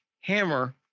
Hammer